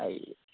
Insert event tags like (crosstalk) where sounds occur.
(unintelligible)